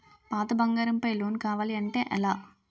పాత బంగారం పై లోన్ కావాలి అంటే ఎలా?